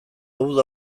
uda